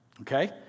okay